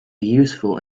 useful